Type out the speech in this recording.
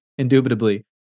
indubitably